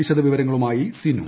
വിശദവിവരങ്ങളുമായി സിനു